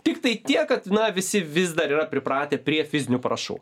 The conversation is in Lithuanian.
tiktai tiek kad na visi vis dar yra pripratę prie fizinių parašų